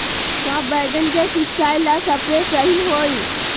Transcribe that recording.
का बैगन के सिचाई ला सप्रे सही होई?